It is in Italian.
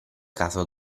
caso